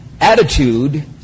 attitude